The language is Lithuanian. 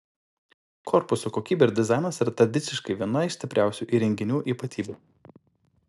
korpusų kokybė ir dizainas yra tradiciškai viena iš stipriausių įrenginių ypatybių